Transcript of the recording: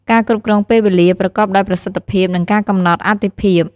ការគ្រប់គ្រងពេលវេលា ប្រកបដោយប្រសិទ្ធភាព និងការកំណត់អាទិភាព។